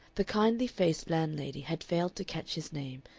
the kindly faced landlady had failed to catch his name,